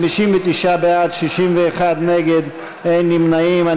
59 בעד, 61 נגד, אין נמנעים.